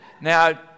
Now